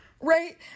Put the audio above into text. Right